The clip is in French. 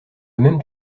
même